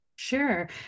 Sure